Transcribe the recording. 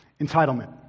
entitlement